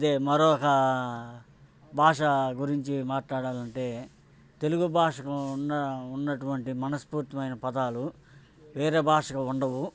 అదే మరొక భాష గురించి మాట్లాడాలంటే తెలుగు భాషకు ఉన్న ఉన్నటువంటి మనస్ఫూర్తి అయిన పదాలు వేరే భాషకు ఉండవు